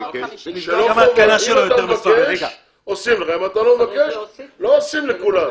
אם אתה לא מבקש, לא עושים לכולם.